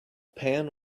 pan